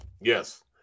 Yes